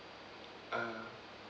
ah